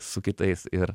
su kitais ir